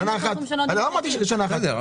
לא אמרתי שנה אחת.